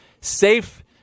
safe